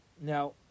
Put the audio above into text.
Now